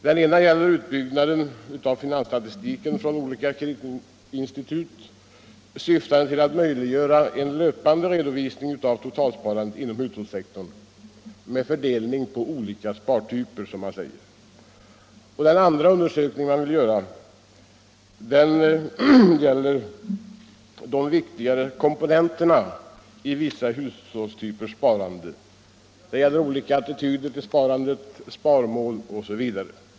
Den ena skulle gälla utbyggnad av finansstatistiken från olika kreditinstitut, syftande till att möjliggöra en löpande redovisning av totalsparandet inom hushållssektorn med fördelning på olika spartyper. Den andra undersökningen skulle gälla de viktigaste komponenterna i vissa typer av hushållssparande, olika attityder till sparandet, sparmål osv.